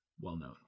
well-known